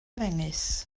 ddengys